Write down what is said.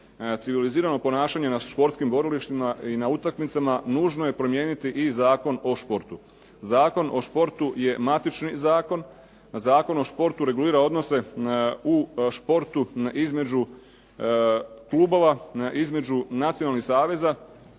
civilizirano ponašanje na športskim borilištima i na utakmicama nužno je promijeniti i Zakon o športu. Zakon o športu je matični zakon. Zakon o športu regulira odnose u športu između klubova, između nacionalnih saveza